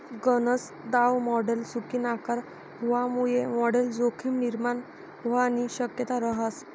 गनज दाव मॉडल चुकीनाकर व्हवामुये मॉडल जोखीम निर्माण व्हवानी शक्यता रहास